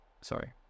Sorry